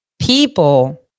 people